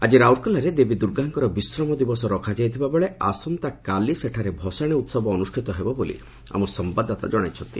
ଆଜି ରାଉରକେଲାରେ ଦେବୀ ଦୁର୍ଗାଙ୍କର ବିଶ୍ରାମ ଦିବସ ରଖାଯାଇଥିବାବେଳେ ଆସନ୍ତାକାଲି ସେଠାରେ ଭସାଣୀ ଉହବ ଅନୁଷିତ ହେବ ବୋଲି ଆମ ସମ୍ଘାଦଦାତା ଜଣାଇଛନ୍ତି